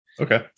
Okay